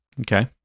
Okay